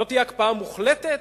לא תהיה הקפאה מוחלטת.